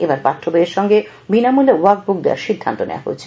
এবার পাঠ্যবই এর সঙ্গে বিনামূল্যে ওয়ার্কবুক দেওয়ার সিদ্ধান্ত নিয়েছে